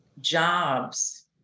jobs